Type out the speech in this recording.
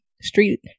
street